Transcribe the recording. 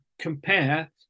compare